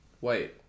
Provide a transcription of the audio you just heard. Wait